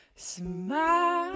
Smile